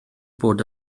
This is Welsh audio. bod